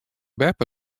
beppe